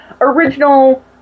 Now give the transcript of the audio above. original